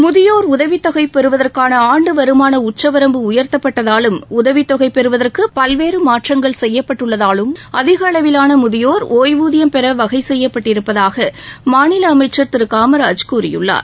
முதியோா் உதவிதொகை பெறுவதற்கான ஆண்டு வருமான உச்சவரம்பு உயா்த்தப்பட்டதாலும் உதவிதொகை பெறுவதற்கு பல்வேறு மாற்றங்கள் செய்யப்பட்டதாலும் அதிக அளவிலான முதியோா் ஒய்வூதியம் பெற வகை செய்யப்பட்டிருப்பதாக மாநில அமைச்சர் திரு காமராஜ் கூறியிருக்கிறார்